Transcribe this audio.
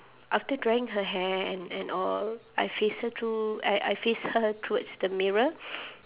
after drying her hair and and all I face her to~ I I face her towards the mirror